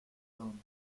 own